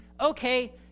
okay